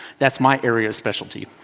that's my area of specialty.